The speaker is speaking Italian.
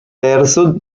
terzo